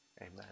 Amen